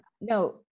no